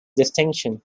distinction